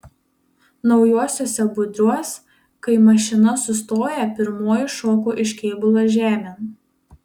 naujuosiuos budriuos kai mašina sustoja pirmoji šoku iš kėbulo žemėn